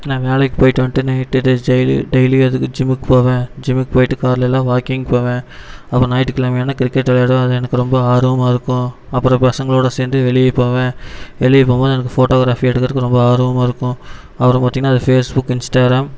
நான் வேலைக்கு போயிவிட்டு வந்துட்டு நைட்டு டெய்லி டெய்லி அதுக்கு ஜிம்முக்கு போவேன் ஜிம்முக்கு போயிவிட்டு கால்லைலாம் வாக்கிங் போவேன் அப்புறம் ஞாயிற்று கிழமையானால் கிரிக்கெட் விளையாடுவேன் அது எனக்கு ரொம்ப ஆர்வமாகருக்கும் அப்புறம் பசங்களோட சேர்ந்து வெளியே போவேன் வெளியே போகும் போது எனக்கு ஃபோட்டோகிராபி எடுக்குறதுக்கு ரொம்ப ஆர்வமாகருக்கும் அதுக்கு அப்புறம் பார்த்திங்கன்னா இந்த ஃபேஸ்புக் இன்ஸ்டாகிராம்